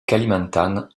kalimantan